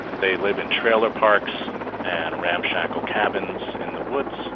they live in trailer parks and ramshackle cabins in the woods,